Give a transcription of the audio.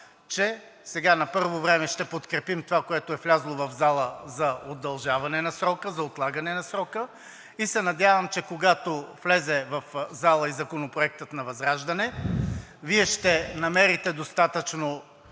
че сега, на първо време, ще подкрепим това, което е влязло в залата за удължаване на срока, за отлагане на срока, и се надявам, че когато влезе в залата и Законопроектът на ВЪЗРАЖДАНЕ, Вие ще намерите достатъчно